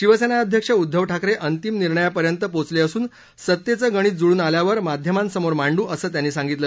शिवसेना अध्यक्ष उद्धव ठाकरे अंतिम निर्णयापर्यंत पोचले असून सत्तेचं गणित जुळून आल्यावर माध्यमांसमोर मांडू असं त्यांनी सांगितलं